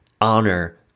honor